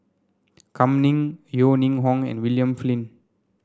Kam Ning Yeo Ning Hong and William Flint